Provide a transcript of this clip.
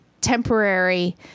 temporary